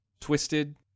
Twisted